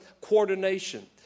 coordination